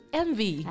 envy